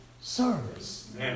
service